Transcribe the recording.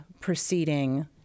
proceeding